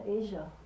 Asia